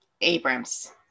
Abrams